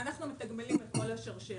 אנחנו מתגמלים את כל השרשרת.